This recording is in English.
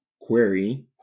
query